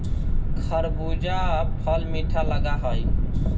खरबूजा फल मीठा लगा हई